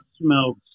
smells